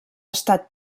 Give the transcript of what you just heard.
estat